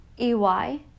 E-Y